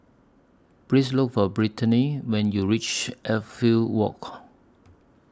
Please Look For Britany when YOU REACH Walk